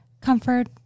comfort